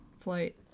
flight